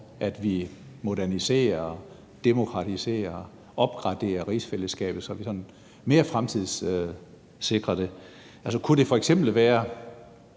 at vi moderniserer, demokratiserer, opgraderer rigsfællesskabet, sådan at vi fremtidssikrer det mere? Kunne det f.eks. være